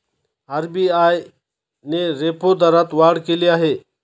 RBI ने repo दरात वाढ केली आहे